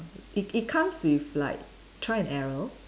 it it comes with like trial and error